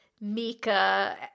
Mika